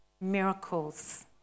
miracles